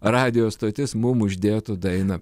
radijo stotis mum uždėtų dainą